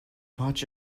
watch